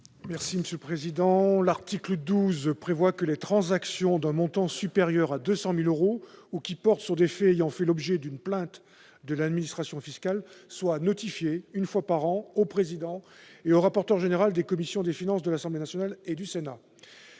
M. Didier Rambaud. L'article 12 prévoit que les transactions d'un montant supérieur à 200 000 euros ou qui portent sur des faits ayant fait l'objet d'une plainte de l'administration fiscale seront notifiées, une fois par an, au président et au rapporteur général des commissions des finances de l'Assemblée nationale et du Sénat.